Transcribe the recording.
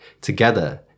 Together